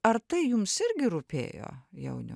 ar tai jums irgi rūpėjo jauniau